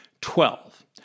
Twelve